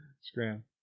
Scram